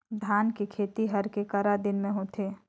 धान के खेती हर के करा दिन म होथे?